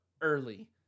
early